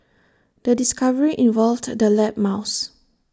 the discovery involved the lab mouse